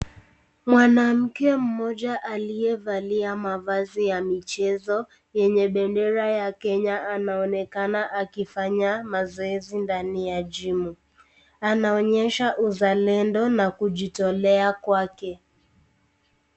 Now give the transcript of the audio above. Mwanamke mmoja aliyevalia mavazi ya michezo, yenye bendera ya Kenya. Anaonekana akifanya mazoezi ndani ya jimu. Anaonyesha uzalendo na kujitolea kwake.